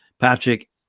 Patrick